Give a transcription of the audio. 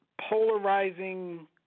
polarizing